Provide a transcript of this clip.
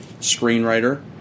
screenwriter